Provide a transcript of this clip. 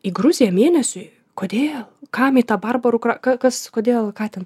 į gruziją mėnesiui kodėl kam į tą barbarų kra kas kodėl ką ten